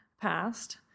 passed